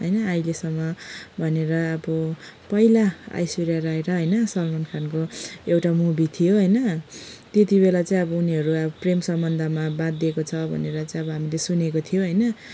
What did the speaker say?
होइन अहिलेसम्म भनेर अब पैला ऐश्वर्या राय र होइन सलमान खानको एउटा मुभी थियो होइन त्यतिबेला चाहिँ अब उनीहरू अब प्रेम सम्बन्धमा बाधिएको छ भनेर चाहिँ अब हामीले सुनेको थियो होइन